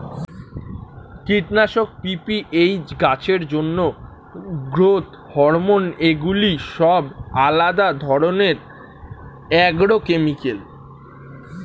কীটনাশক, পি.পি.এইচ, গাছের জন্য গ্রোথ হরমোন এগুলি সব আলাদা ধরণের অ্যাগ্রোকেমিক্যাল